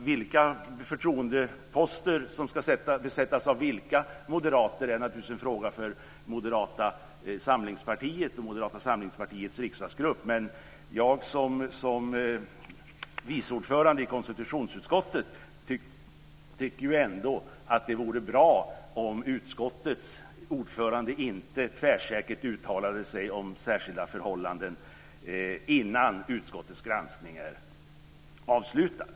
Vilka förtroendeposter som ska besättas av vilka moderater är naturligtvis en fråga för Moderata samlingspartiet och Moderata samlingspartiets riksdagsgrupp, men som vice ordförande i konstitutionsutskottet tycker jag ändå att det vore bra om utskottets ordförande inte tvärsäkert uttalade sig om särskilda förhållanden innan utskottets granskning är avslutad.